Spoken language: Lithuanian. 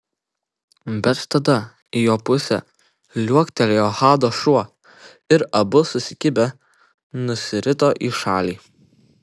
bet tada į jo pusę liuoktelėjo hado šuo ir abu susikibę nusirito į šalį